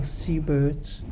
seabirds